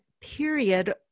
period